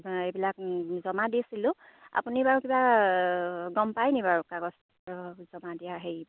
এইবিলাক জমা দিছিলোঁ আপুনি বাৰু কিবা গম পায় নি বাৰু কাগজ জমা দিয়া হেৰি